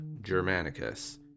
Germanicus